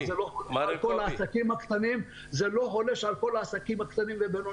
אבל זה לא חולש על כל העסקים הקטנים והבינוניים.